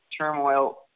turmoil